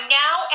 now